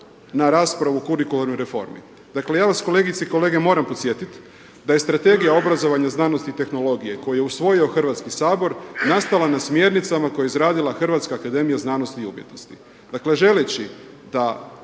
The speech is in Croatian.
na raspravu o kurikularnoj reformi. Dakle, ja vas kolegice i kolege, moram podsjetiti da je Strategija obrazovanja, znanosti i tehnologije koju je usvojio Hrvatski sabor nastala na smjernicama koje je izradila Hrvatska akademija znanosti i umjetnosti. Dakle, želeći da